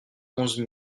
onze